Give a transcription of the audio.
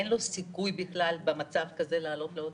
אין לו סיכוי במצב כזה לעלות לאוטובוס?